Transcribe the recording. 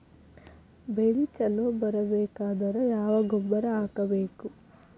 ಬೆಳಿ ಛಲೋ ಬರಬೇಕಾದರ ಯಾವ ಗೊಬ್ಬರ ಹಾಕಬೇಕು?